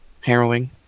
harrowing